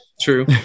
True